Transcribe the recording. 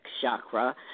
chakra